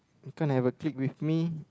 you can't have a click with me